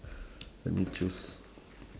let me choose